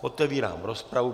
Otevírám rozpravu.